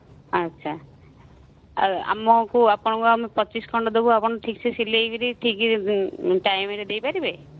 ଆଚ୍ଛା ଆଉ ଆମକୁ ଆପଣଙ୍କୁ ଆମେ ପଚିଶ ଖଣ୍ଡ ଦେବୁ ଆପଣ ଠିକ୍ ସେ ସିଲେଇ କରି ଠିକ୍ ଟାଇମ୍ରେ ଦେଇପାରିବେ